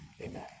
Amen